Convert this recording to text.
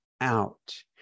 out